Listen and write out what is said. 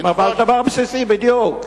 בדיוק.